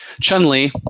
Chun-Li